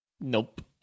Nope